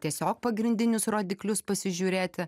tiesiog pagrindinius rodiklius pasižiūrėti